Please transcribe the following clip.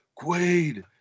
Quaid